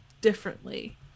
differently